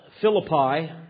Philippi